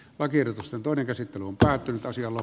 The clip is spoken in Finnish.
lakiehdotusten toinen käsittely on päättynyt taisi olla